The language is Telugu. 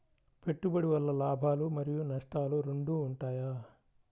పెట్టుబడి వల్ల లాభాలు మరియు నష్టాలు రెండు ఉంటాయా?